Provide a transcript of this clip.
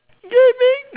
dabbing